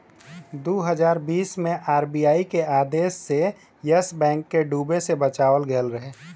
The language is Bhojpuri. दू हज़ार बीस मे आर.बी.आई के आदेश से येस बैंक के डूबे से बचावल गएल रहे